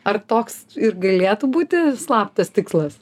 ar toks ir galėtų būti slaptas tikslas